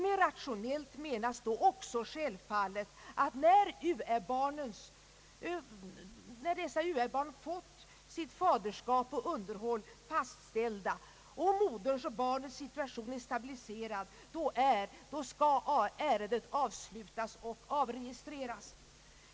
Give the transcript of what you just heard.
Med rationellt menas då också självfallet, att när dessa uä-barn har fått sitt faderskap och underhåll fastställda och moderns och barnets situation är stabiliseserad skall ärendet avslutas och avregistreras.